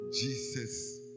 Jesus